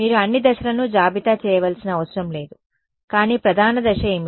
మీరు అన్ని దశలను జాబితా చేయవలసిన అవసరం లేదు కానీ ప్రధాన దశ ఏమిటి